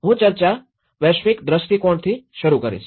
હું ચર્ચા વૈશ્વિક દ્રષ્ટિકોણથી શરૂ કરીશ